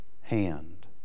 hand